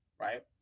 right